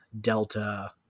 delta